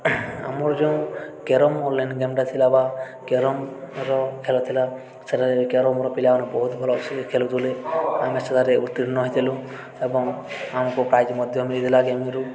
ଆମର ଯେଉଁ carrom online ଗେମ୍ଟା ଥିଲା ବା କ୍ୟାରମ୍ର ଖେଳ ଥିଲା ସେଠାରେ କ୍ୟାରମ୍ର ପିଲାମାନେ ବହୁତ ଭଲ୍ସେ ଖେଳିଥିଲେ ଆମେ ସେଠାରେ ଉତ୍ତୀର୍ଣ୍ଣ ହୋଇଥିଲୁ ଏବଂ ଆମକୁ ପ୍ରାଇଜ୍ ମଧ୍ୟ ମିଳିଥିଲା ଗେମ୍ରୁ